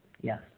Yes